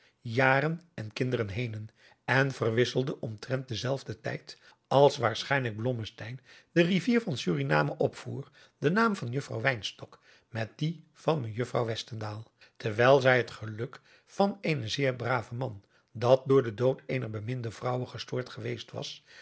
jaren en kinderen henen en verwisselde omtrent den zelfden tijd als waarschijnlijk blommesteyn de rivier van suriname opvoer den naam van juffrouw wynstok met dien van mejuffrouw westendaal terwijl zij het geluk van eenen zeer braven man dat door den dood eener beminde vrouwe gestoord geweest was